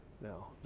now